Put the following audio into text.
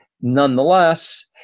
Nonetheless